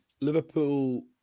Liverpool